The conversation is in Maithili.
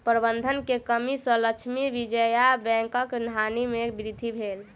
प्रबंधन के कमी सॅ लक्ष्मी विजया बैंकक हानि में वृद्धि भेल